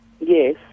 Yes